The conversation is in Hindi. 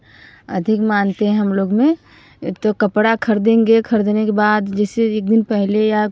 अधिक मानते हैं हम लोगों में तो कपड़ा खरीदेंगे खरीदने के बाद जैसे एक दिन पहले या